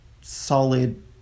solid